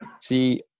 See